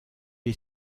est